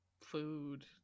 food